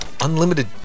Unlimited